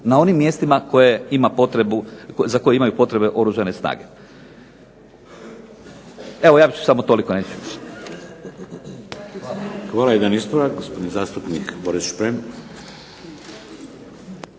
na onim mjestima za koje imaju potrebu Oružane snage. Evo, ja ću samo toliko, neću